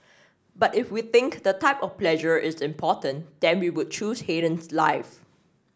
but if we think the type of pleasure is important then we would choose Haydn's life